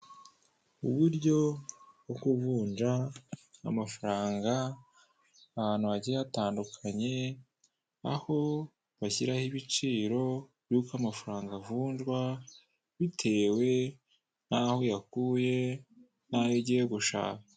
Uburyo bwo kuvunja amafaranga ahantu hagiye hatandukanye, aho bashyiraho ibiciro by'uko amafaranga avunjwa bitewe n'aho uyakuye n'ayo ugiye gushaka.